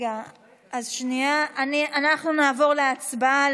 אנחנו נעבור להצבעה.